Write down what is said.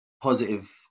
positive